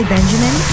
Benjamin